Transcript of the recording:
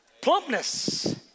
Plumpness